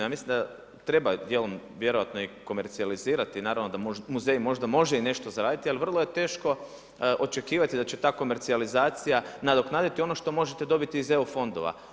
Ja mislim da treba dijelom vjerojatno i komercijalizirati, naravno da muzeji možda i mogu nešto zaraditi, ali vrlo je teško očekivati da će ta komercijalizacija nadoknadit ono što možete dobiti iz EU fondova.